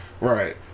right